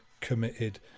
committed